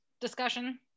discussion